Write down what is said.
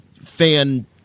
fan